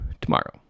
tomorrow